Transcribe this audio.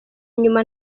inyuma